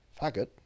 faggot